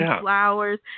flowers